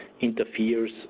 interferes